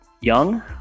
young